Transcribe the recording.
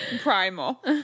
primal